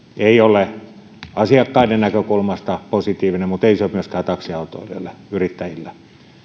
ei ole asiakkaiden näkökulmasta positiivinen mutta ei se ole myöskään taksiautoilijoille yrittäjille